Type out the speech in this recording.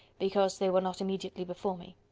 because they were not immediately before me.